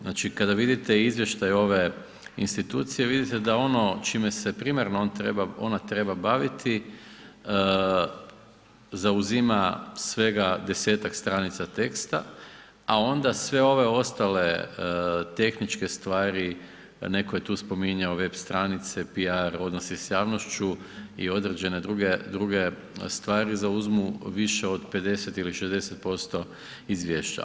Znači kada vidite izvještaj ove institucije vidite da ono čime se primarno ona treba baviti zauzima svega 10-ak stranica teksta a onda sve ove ostale tehničke stvari, netko je tu spominjao web stranice, PR, odnose sa javnošću i određene druge stvari zauzmu više od 50 ili 60% izvješća.